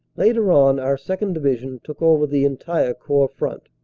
later on our second. division took over the entire corps front.